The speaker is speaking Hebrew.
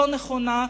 לא נכונה,